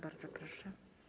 Bardzo proszę.